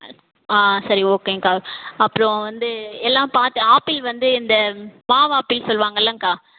சரி ஓகேங்க்கா அப்புறம் வந்து எல்லாம் பார்த்து ஆப்பிள் வந்து இந்த மாவாப்பிள் சொல்லுவாங்கல்லக்கா